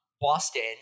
Boston